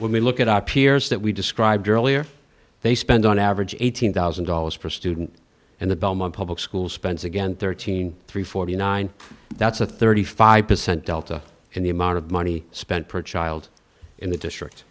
when we look at our peers that we described earlier they spend on average eighteen thousand dollars per student and the belmont public school spends again thirteen three forty nine that's a thirty five percent delta in the amount of money spent per child in the district